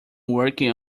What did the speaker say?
working